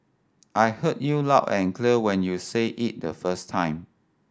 I heard you loud and clear when you said it the first time